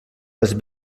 les